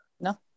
no